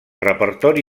repertori